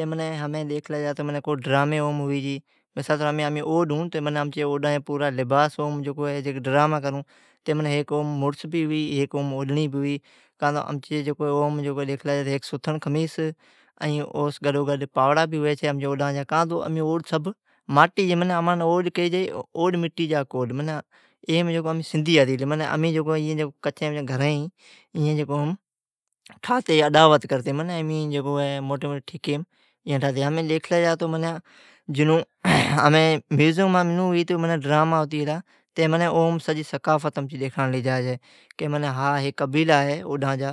ھی کو ڈرامی اہم ھوی۔ امی اوڈ ھوں اوڈاں جا لباس جکو ڈراما کروں۔ اوم اوڈنڑی ھوی۔ امچی ھیک ستھنڑ خمیس او سوں گڈوگڈ پاوڑا بہ ھوی چھی۔ کاں تو امی ماٹیم، کھی چھی اوڈ مٹی جا کوڈ منئی کچیں گھریں ٹاھتی اڈاوت کرتی۔ موٹی ٹھیکیم ٹاھتی۔ جیکڈھں ڈیکھلی جا تو ، میوزمام سجی ثقافت ڈیکھنڑلی جا چھی۔ ھا ھیک قبیلا ھی اوڈان جا۔